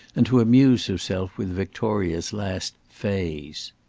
and to amuse herself with victoria's last phase.